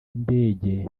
y’indege